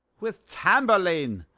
with tamburlaine!